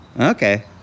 Okay